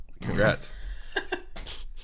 Congrats